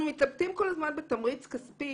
אנחנו מתלבטים כל הזמן בתמריץ כספי.